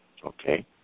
Okay